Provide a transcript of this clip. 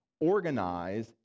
organize